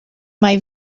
mai